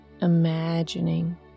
imagining